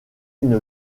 une